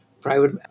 private